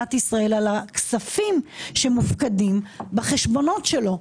במדינת ישראל על הכספים שמופקדים בחשבונות שלו.